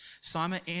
Simon